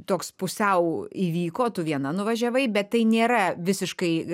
toks pusiau įvyko tu viena nuvažiavai bet tai nėra visiškai